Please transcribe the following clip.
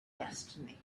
destiny